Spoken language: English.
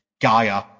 gaia